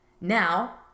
Now